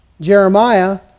Jeremiah